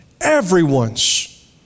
Everyone's